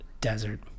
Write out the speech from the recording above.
desert